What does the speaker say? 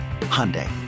Hyundai